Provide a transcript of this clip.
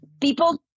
People